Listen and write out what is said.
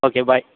okay bye